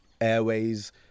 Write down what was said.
Airways